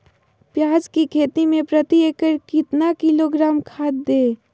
प्याज की खेती में प्रति एकड़ कितना किलोग्राम खाद दे?